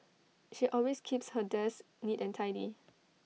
she always keeps her desk neat and tidy